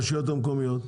רשויות המקומיות?